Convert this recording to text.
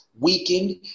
weakened